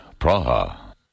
Praha